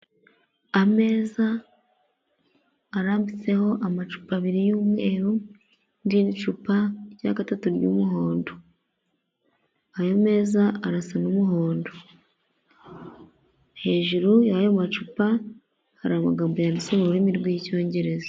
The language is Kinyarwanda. Ameza arambitseho amacupa abiri y'umweru n'irindi cupa rya gatatu ry'umuhondo, ayo meza arasa n'umuhondo hejuru y'ayo macupa hari amagambo yanditse mu rurimi rw'icyongereza.